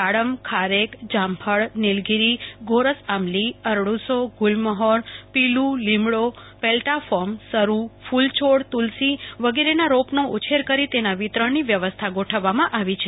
દાડમ ખારેક જામફળ નીલગીરી ગોરસ આંબલી અરડુસો ગુલમહોર પીલુ લીમડો પેલ્ટાફોર્મ સરુ ફૂલછોડ તુ લસી વિગેરે ના રોપ નો ઉછેર કરી તેના વિતરણ ની વ્યવસ્થા ગોઠવવા માં આવી છે